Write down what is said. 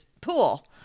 pool